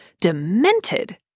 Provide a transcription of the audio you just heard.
demented